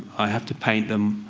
i have to paint them.